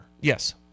Yes